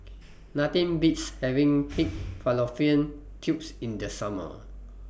Nothing Beats having Pig Fallopian Tubes in The Summer